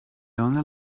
only